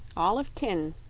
all of tin,